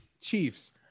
Chiefs